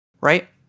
right